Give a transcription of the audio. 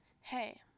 Hey